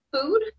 food